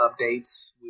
updates